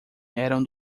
eram